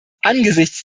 angesichts